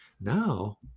Now